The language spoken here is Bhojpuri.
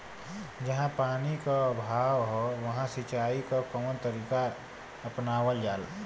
जहाँ पानी क अभाव ह वहां सिंचाई क कवन तरीका अपनावल जा?